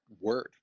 word